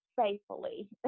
faithfully